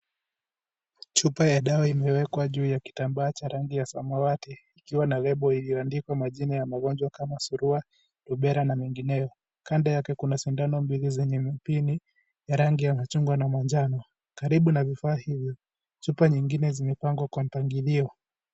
Chupa ya dawa imewekwa juu ya kitambaa cha rangi ya samawati ikiwa na lebo lililo andikwa magonjwa kama surua, rubela na menginevyo kando mbili zenye mpini ya rangi chungwa na manjano karibu na vifaa hivyo chupa hizo chupa zingine zimepangwa kwa mpangilio.